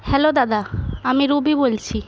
hello দাদা আমি রুবি বলছি